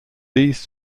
these